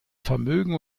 vermögen